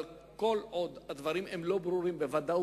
אבל כל עוד הדברים לא ברורים בוודאות,